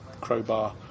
crowbar